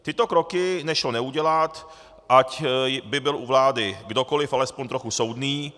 Tyto kroky nešlo neudělat, ať by byl u vlády kdokoliv alespoň trochu soudný.